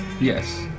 Yes